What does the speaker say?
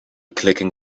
clicking